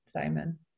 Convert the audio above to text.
Simon